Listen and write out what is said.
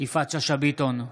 יפעת שאשא ביטון,